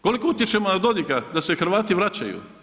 Koliko utječemo na Dodika da se Hrvati vraćaju?